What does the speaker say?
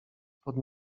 pod